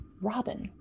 Robin